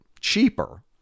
cheaper